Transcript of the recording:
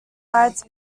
bites